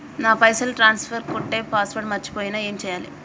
నా పైసల్ ట్రాన్స్ఫర్ కొట్టే పాస్వర్డ్ మర్చిపోయిన ఏం చేయాలి?